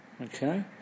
Okay